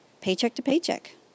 paycheck-to-paycheck